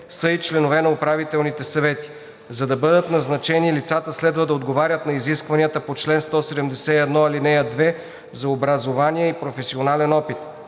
са и членове на управителните съвети. За да бъдат назначени, лицата следва да отговарят на изискванията на чл. 171, ал. 2 за образование и професионален опит.